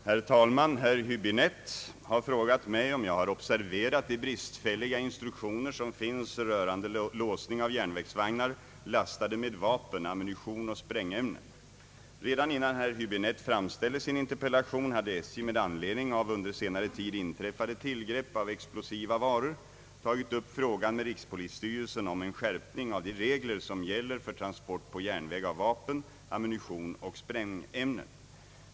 Herr talman! Herr Häbinette har frågat mig om jag har observerat de bristfälliga instruktioner som finns rörande låsning av järnvägsvagnar lastade med vapen, ammunition och sprängämnen. Redan innan herr Hibinette framställde sin interpellation hade SJ med anledning av under senare tid inträffade tillgrepp av explosiva varor tagit upp frågan med rikspolisstyrelsen om en skärpning av de regler som gäller för transport på järnväg av vapen, ammunition och sprängämnen.